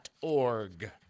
org